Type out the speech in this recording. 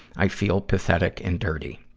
i feel pathetic and dirty.